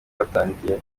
batangiye